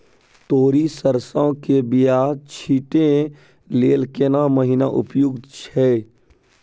तोरी, सरसो के बीया छींटै लेल केना महीना उपयुक्त छै?